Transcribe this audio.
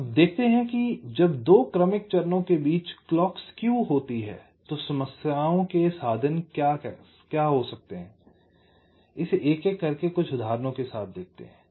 अब देखते हैं कि जब 2 क्रमिक चरणों के बीच क्लॉक स्केव होती है तो समस्याओं के साधन क्या सकते हैं इसे एक एक करके कुछ उदाहरणों के साथ देखते हैं